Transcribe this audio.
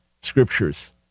scriptures